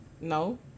No